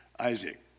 Isaac